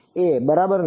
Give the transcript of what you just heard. A બરાબર ને